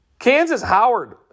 Kansas-Howard